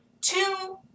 two